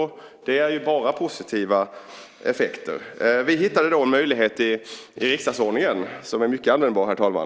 Det är bara positiva effekter. Vi hittade då en möjlighet i riksdagsordningen, som är mycket användbar, herr talman .